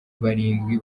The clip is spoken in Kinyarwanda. barindwi